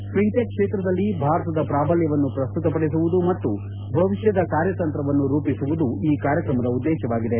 fintech ಕ್ಷೇತ್ರದಲ್ಲಿ ಭಾರತದ ಪ್ರಾಬಲ್ಲವನ್ನು ಪ್ರಸ್ತುತಪಡಿಸುವುದು ಮತ್ತು ಭವಿಷ್ಠದ ಕಾರ್ಯತಂತ್ರವನ್ನು ರೂಪಿಸುವುದು ಈ ಕಾರ್ಯಕ್ರಮದ ಉದ್ದೇಶವಾಗಿದೆ